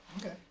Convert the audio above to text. Okay